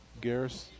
Garris